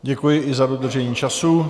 Děkuji i za dodržení času.